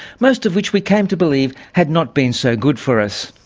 most of which we came to believe had not been so good for us.